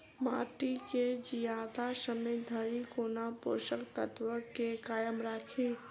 माटि केँ जियादा समय धरि कोना पोसक तत्वक केँ कायम राखि?